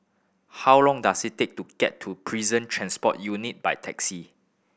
how long does it take to get to Prison Transport Unit by taxi